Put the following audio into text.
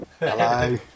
Hello